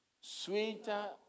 Sweeter